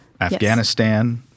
Afghanistan